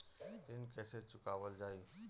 ऋण कैसे चुकावल जाई?